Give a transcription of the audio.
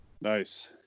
Nice